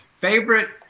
favorite